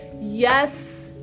Yes